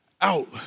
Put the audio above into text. out